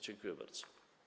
Dziękuję bardzo.